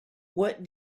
what